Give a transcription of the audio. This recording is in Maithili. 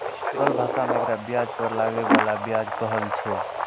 सरल भाषा मे एकरा ब्याज पर लागै बला ब्याज कहल छै